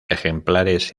ejemplares